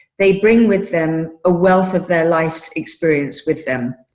they bring with them a wealth of their life's experience with them.